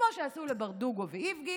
כמו שעשו לברדוגו ואיבגי,